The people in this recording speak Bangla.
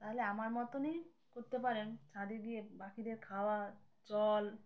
তাহলে আমার মতনই করতে পারেন ছাদ গিয়ে বাকিদের খাওয়া জল